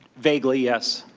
vaguely, yes.